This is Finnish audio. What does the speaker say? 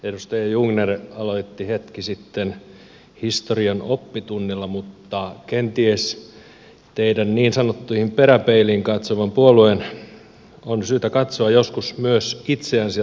edustaja jungner aloitti hetki sitten historian oppitunnilla mutta kenties teidän niin sanottuun peräpeiliin katsovan puolueen on syytä katsoa joskus myös itseänne sieltä peilistä